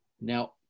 Now